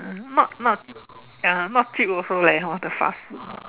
mm not not ya not cheap also leh hor the fast food